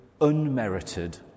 unmerited